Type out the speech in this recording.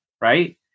right